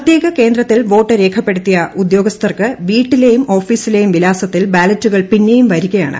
പ്രത്യേക കേന്ദ്രത്തിൽ വോട്ട് രേഖപ്പെടുത്തിയ ഉദ്യോഗസ്ഥർക്ക് വീട്ടിലെയും ഓഫീസിലെയും വിലാസത്തിൽ ബാലറ്റുകൾ പിന്നെയും വരുകയാണ്